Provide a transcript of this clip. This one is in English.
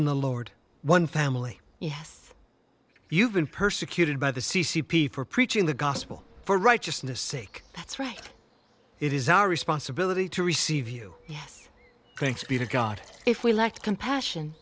in the lord one family yes you've been persecuted by the c c p for preaching the gospel for righteousness sake that's right it is our responsibility to receive you yes thanks be to god if we lack compassion